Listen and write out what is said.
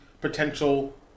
potential